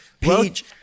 Page